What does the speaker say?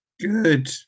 good